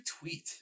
tweet